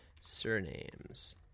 Surnames